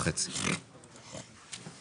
הישיבה ננעלה בשעה 13:23.